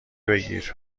بگیر